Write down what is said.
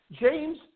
James